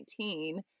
2019